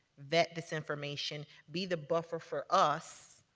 vet this information, be the buffer for us,